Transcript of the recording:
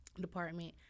department